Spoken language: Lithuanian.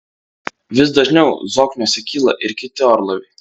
vis dažniau zokniuose kyla ir kiti orlaiviai